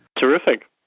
Terrific